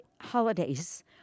holidays